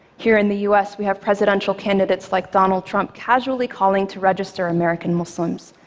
here in the us, we have presidential candidates like donald trump, casually calling to register american muslims,